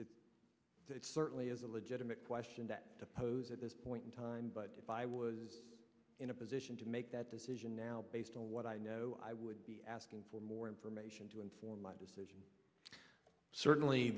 seen it certainly is a legitimate question that to pose at this point in time but if i was in a position to make that decision now based on what i know i would be asking for more information to inform my decision certainly